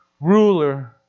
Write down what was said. ruler